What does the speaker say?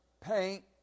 paint